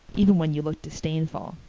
even when you look disdainful.